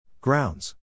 Grounds